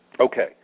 Okay